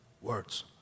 words